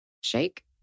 Shake